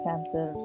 Cancer